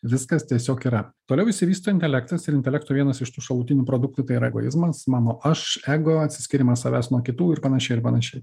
viskas tiesiog yra toliau išsivysto intelektas ir intelekto vienas iš tų šalutinių produktų tai yra egoizmas mano aš ego atsiskyrimas savęs nuo kitų ir panašiai ir panašiai